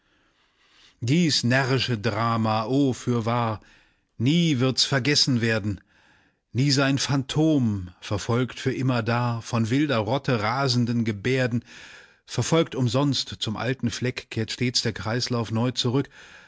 dies närrische drama o fürwahr nie wird's vergessen werden nie sein phantom verfolgt für immerdar von wilder rotte rasenden gebärden verfolgt umsonst zum alten fleck kehrt stets der kreislauf neu zurück